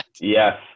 Yes